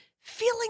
feeling